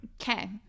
okay